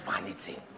vanity